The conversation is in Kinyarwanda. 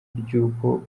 ry’uko